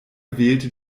wählte